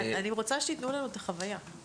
אני רוצה שתתנו לנו את החוויה.